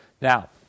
Now